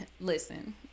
Listen